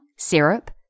Syrup